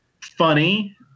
funny